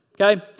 okay